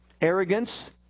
arrogance